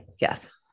Yes